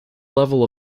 level